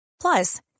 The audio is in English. Plus